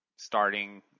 starting